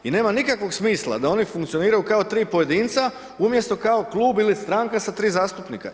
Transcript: I nema nikakvog smisla da oni funkcioniraju kao 3 pojedinca, umjesto kao klub ili stranka sa 3 zastupnika.